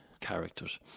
characters